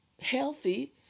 healthy